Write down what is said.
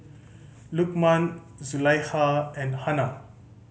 Lukman Zulaikha and Hana